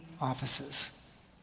offices